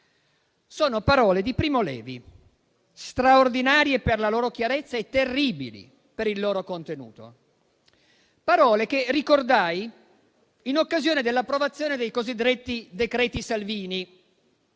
sono parole di Primo Levi, straordinarie per la loro chiarezza e terribili per il loro contenuto; parole che ricordai in occasione dell'approvazione dei cosiddetti decreti Salvini,